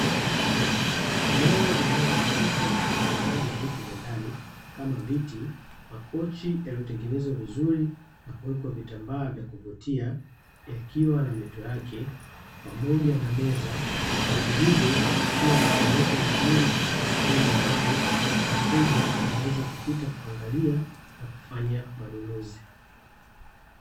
Eneo linalojihusisha na uuzaji wa vitu vya ndani kama: viti, makochi yaliyotengenezwa vizuri na kuwekwa vitambaa vya kuvutia yakiwa na mito yake, pamoja na meza. Vyote hivyo vikiwa vimewekwa vizuri katika sehemu ambayo wateja wanaweza kupita kuangalia na kufanya manunuzi.